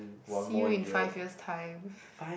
see you in five years time